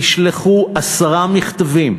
נשלחו עשרה מכתבים,